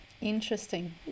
Interesting